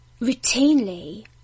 routinely